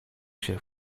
się